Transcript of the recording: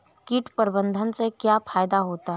कीट प्रबंधन से क्या फायदा होता है?